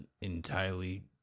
entirely